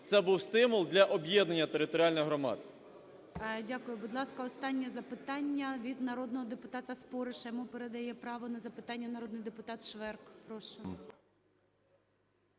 це був стимул для об'єднання територіальних громад. ГОЛОВУЮЧИЙ. Дякую. Будь ласка, останнє запитання - від народного депутата Спориша. Йому передає право на запитання народний депутат Шверк. Прошу.